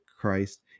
Christ